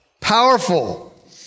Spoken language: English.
Powerful